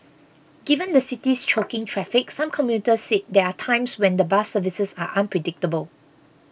given the city's choking traffic some commuters said there are times when the bus services are unpredictable